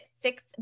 six